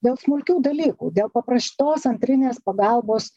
dėl smulkių dalykų dėl paprastos antrinės pagalbos